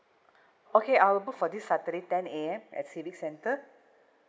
okay I'll book for this saturday ten A_M at civic center